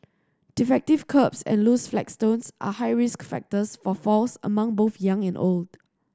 defective kerbs and loose flagstones are high risk factors for falls among both young and old